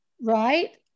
Right